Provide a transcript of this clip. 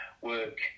work